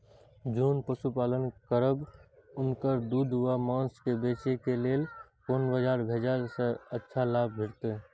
जोन पशु पालन करब उनकर दूध व माँस के बेचे के लेल कोन बाजार भेजला सँ अच्छा लाभ भेटैत?